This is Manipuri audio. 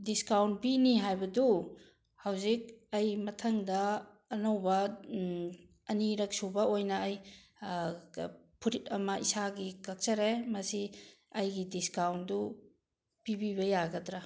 ꯗꯤꯁꯀꯥꯎꯟ ꯄꯤꯅꯤ ꯍꯥꯏꯕꯗꯨ ꯍꯧꯖꯤꯛ ꯑꯩ ꯃꯊꯪꯗ ꯑꯅꯧꯕ ꯑꯅꯤꯔꯛꯁꯨꯕ ꯑꯣꯏꯅ ꯑꯩ ꯐꯨꯔꯤꯠ ꯑꯃ ꯏꯁꯥꯒꯤ ꯀꯛꯆꯔꯦ ꯃꯁꯤ ꯑꯩꯒꯤ ꯗꯤꯁꯀꯥꯎꯟꯗꯨ ꯄꯤꯕꯤꯕ ꯌꯥꯒꯗ꯭ꯔ